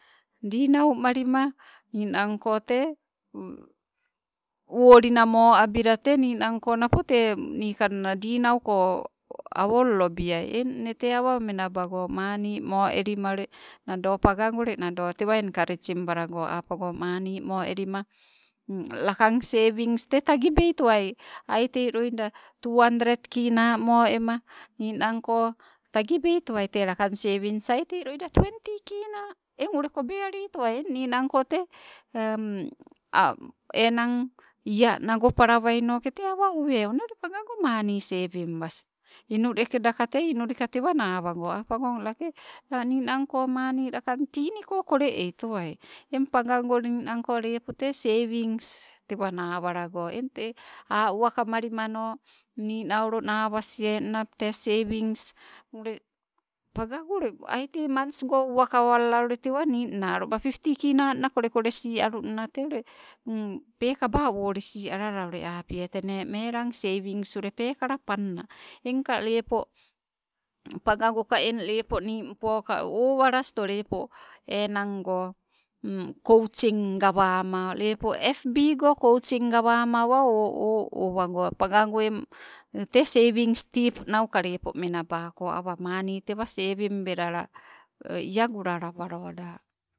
Dinau malima ninang tee, wolina mo abila tee ninangko napo tee nikangna dinau ko nna awololobiai eng, nee tee awa menabago, maani mo elima ule nado pagago ule nado tewa enkarisim balago, apogon maani mo elima, lakan sewins tee tagibeitowai ai e loida, tu handret kina mo ema ninangko tagibeitomai tee lakang sewins aite loida tuwenti kina. Eng ule ko be ali towai, eng ninangko te, enang ia nagopalawainoke tee awa owe aii, one ule pagago mani sewim bas. Inulikeda ka tei inulika tewa nawago, apagong lake la ninanko maani lakang tinigo kole eitowa. Eng pawago ninanko lepo tee sewins tewa nawalago. Eng te a' uwakamalimano ni naulo nawas enna te sewins ule pagago ule aite mants go uwakawalala ule te ninna aloma pipti kina na kole kolesi alunna tee ule, pekaba wolisi alala ule apie tee melang sewins ule peekala panna. Engka lepo pagagoka eng lepo nimmpo ka owalas to lepa, enango kotsin gawama, lepo fb go kotsin gawama awa oh owago pagago eng. Te sewins stip nauka lepo menabako, awa maani tewa sewimbela la iagulalawaloda tewa.